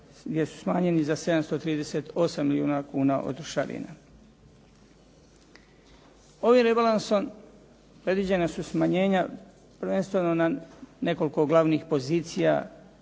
gdje su smanjeni za 738 milijuna kuna od trošarina. Ovim rebalansom predviđena su smanjenja prvenstveno na nekoliko glavnih pozicija,